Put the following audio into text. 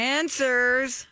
answers